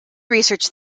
research